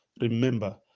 Remember